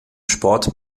sport